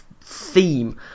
theme